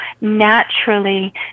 naturally